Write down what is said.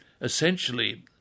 essentially